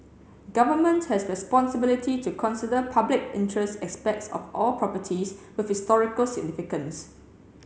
government has responsibility to consider public interest aspects of all properties with historical significance